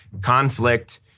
conflict